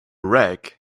reg